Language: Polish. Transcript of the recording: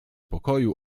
pokoju